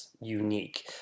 unique